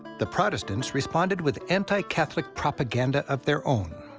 the protestants responded with anti-catholic propaganda of their own.